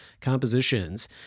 compositions